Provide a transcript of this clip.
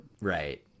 Right